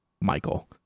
Michael